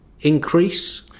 increase